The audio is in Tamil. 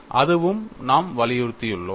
எனவே அதுவும் நாம் வலியுறுத்தியுள்ளோம்